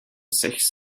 sechs